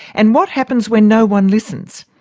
and what happens when no one listens?